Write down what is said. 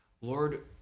Lord